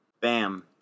Bam